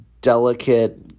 delicate